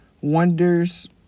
wonders